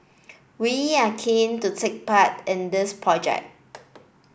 we are keen to take part in this project